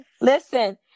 listen